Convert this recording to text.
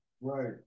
Right